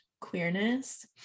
queerness